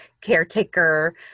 caretaker